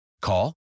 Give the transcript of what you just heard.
Call